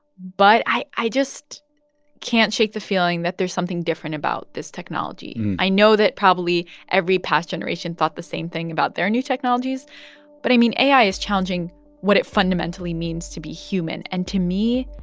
but i i just can't shake the feeling that there's something different about this technology. i know that probably every past generation thought the same thing about their new technologies but i mean, ai is challenging what it fundamentally means to be human. and to me,